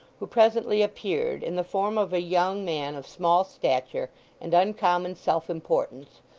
who presently appeared, in the form of a young man of small stature and uncommon self-importance,